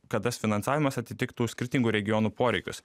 kad tas finansavimas atitiktų skirtingų regionų poreikius